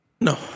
No